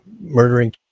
murdering